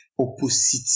opposite